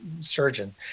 surgeon